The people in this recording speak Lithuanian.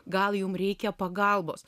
gal jum reikia pagalbos